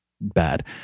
bad